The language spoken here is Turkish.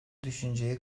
düşünceye